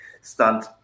stunt